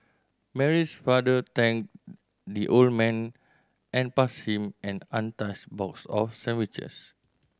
Mary's father thanked the old man and passed him an untouched box of sandwiches